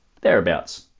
thereabouts